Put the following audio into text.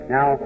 Now